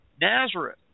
Nazareth